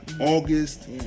August